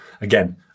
Again